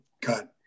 got